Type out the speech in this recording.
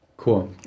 Cool